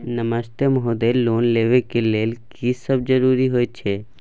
नमस्ते महोदय, लोन लेबै के लेल की सब जरुरी होय छै?